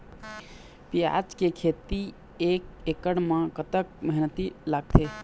प्याज के खेती एक एकड़ म कतक मेहनती लागथे?